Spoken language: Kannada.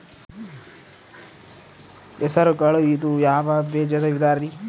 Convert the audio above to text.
ಹೆಸರುಕಾಳು ಇದು ಯಾವ ಬೇಜದ ವಿಧರಿ?